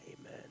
Amen